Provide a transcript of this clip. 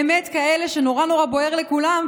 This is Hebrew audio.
באמת כאלה שנורא נורא בוער לכולם,